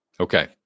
Okay